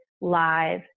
live